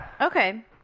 Okay